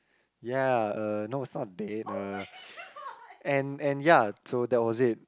ya uh no it's not a date uh and and ya so that was it